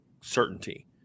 certainty